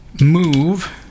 Move